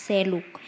Seluk